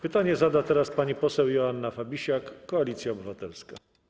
Pytanie zada teraz pani poseł Joanna Fabisiak, Koalicja Obywatelska.